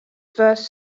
fast